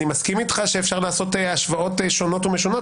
אני מסכים איתך שאפשר לעשות השוואות שונות ומשונות,